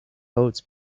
boats